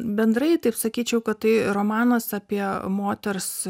bendrai taip sakyčiau kad tai romanas apie moters